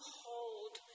hold